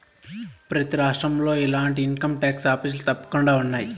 ప్రతి రాష్ట్రంలో ఇలాంటి ఇన్కంటాక్స్ ఆఫీసులు తప్పకుండా ఉన్నాయి